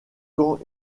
quand